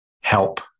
Help